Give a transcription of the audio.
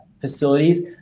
facilities